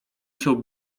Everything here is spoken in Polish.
się